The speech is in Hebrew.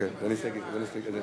סעיף 1 נתקבל.